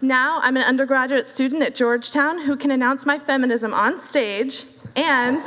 now, i'm an undergraduate student at georgetown who can announce my feminism on stage and